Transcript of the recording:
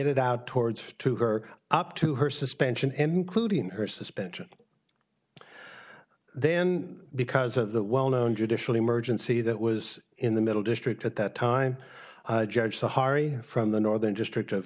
it out towards to her up to her suspension including her suspension then because of the well known judicial emergency that was in the middle district at that time judge the hari from the northern district of